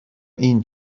این